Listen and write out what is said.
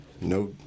no